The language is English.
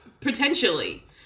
Potentially